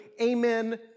amen